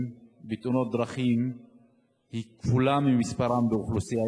בתאונות דרכים היא כפולה ממספרם באוכלוסייה,